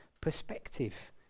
perspective